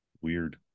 Weird